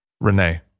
Rene